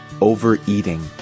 overeating